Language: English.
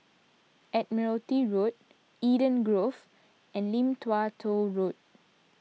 Admiralty Road Eden Grove and Lim Tua Tow Road